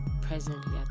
presently